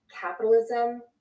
capitalism